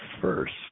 first